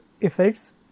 effects